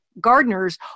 gardeners